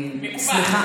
אני שמחה,